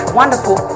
wonderful